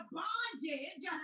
bondage